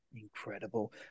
Incredible